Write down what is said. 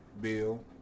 Bill